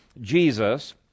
Jesus